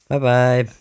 Bye-bye